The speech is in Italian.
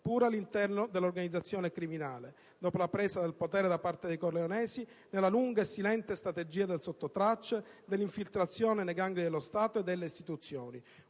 pure all'interno dell'organizzazione criminale, dopo la presa del potere da parte dei corleonesi nella lunga e silente strategia del sotto traccia, dell'infiltrazione nei gangli dello Stato e delle istituzioni.